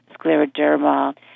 scleroderma